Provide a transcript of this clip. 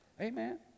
Amen